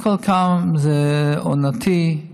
זה עונתי.